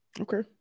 Okay